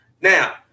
Now